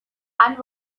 and